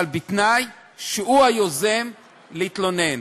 אבל בתנאי שהוא יוזם התלונה.